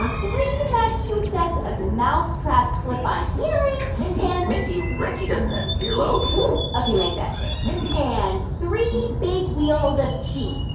um three matching sets of mouse trap clip-on earrings. mindy, and mindy, reggie doesn't have yeah earlobes ok, make that two mindy. and three big wheels of cheese,